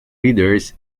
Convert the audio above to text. readers